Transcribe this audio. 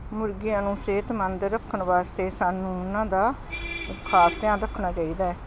ਮੁਰਗਿਆਂ ਨੂੰ ਸਿਹਤਮੰਦ ਰੱਖਣ ਵਾਸਤੇ ਸਾਨੂੰ ਉਹਨਾਂ ਦਾ ਖ਼ਾਸ ਧਿਆਨ ਰੱਖਣਾ ਚਾਹੀਦਾ